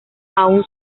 aún